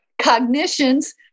cognitions